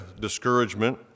discouragement